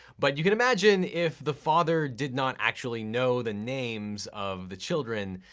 but you can imagine if the father did not actually know the names of the children,